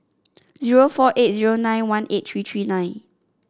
zero four eight zero nine one eight three three nine